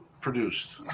produced